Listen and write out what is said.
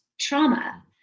trauma